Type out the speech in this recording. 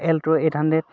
alto eight hundred